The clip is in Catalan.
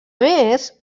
més